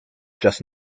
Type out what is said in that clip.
just